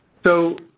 so,